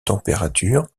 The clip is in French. températures